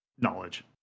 knowledge